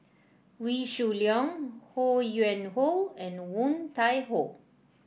Wee Shoo Leong Ho Yuen Hoe and Woon Tai Ho